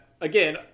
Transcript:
Again